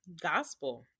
gospel